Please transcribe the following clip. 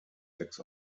sechs